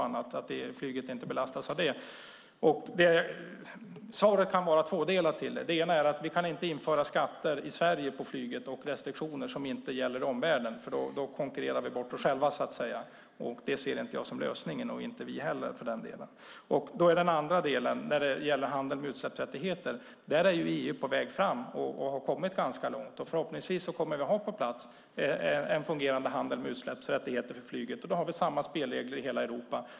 Svaret på varför är tudelat. Dels kan vi inte införa skatter och restriktioner på flyget i Sverige som inte gäller omvärlden. Då konkurrerar vi bort oss själva, och det är ingen lösning. Dels har EU kommit ganska långt när det gäller handeln med utsläppsrätter. Förhoppningsvis kommer vi att få en fungerande handel med utsläppsrätter för flyget på plats, och då har vi samma spelregler i samma Europa.